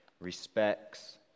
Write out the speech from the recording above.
respects